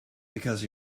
because